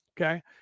Okay